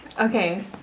Okay